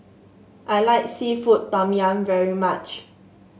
I like seafood Tom Yum very much